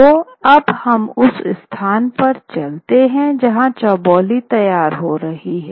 तो अब हम उस स्थान पर चलते हैं जहाँ चबोली तैयार रही हैं